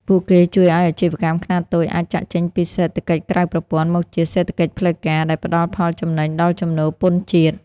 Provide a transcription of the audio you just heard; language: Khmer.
ពួកគេជួយឱ្យអាជីវកម្មខ្នាតតូចអាចចាកចេញពី "សេដ្ឋកិច្ចក្រៅប្រព័ន្ធ" មកជា "សេដ្ឋកិច្ចផ្លូវការ" ដែលផ្ដល់ផលចំណេញដល់ចំណូលពន្ធជាតិ។